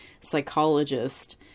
psychologist